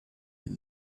that